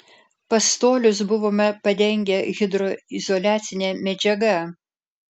pastolius buvome padengę hidroizoliacine medžiaga